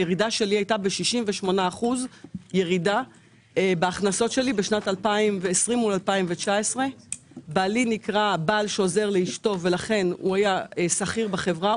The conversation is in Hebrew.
הירידה בהכנסות שלי הייתה ב-68% בשנת 2020 מול 2019. בעלי נקרא בעל שעוזר לאשתו ולכן הוא היה שכיר בחברה,